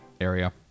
area